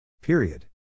Period